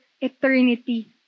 eternity